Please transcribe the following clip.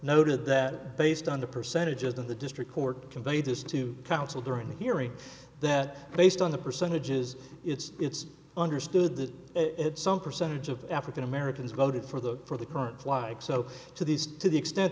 noted that based on the percentage of the district court conveyed this to counsel during the hearing that based on the percentages it's it's understood that it's some percentage of african americans voted for the for the current flight so to these to the extent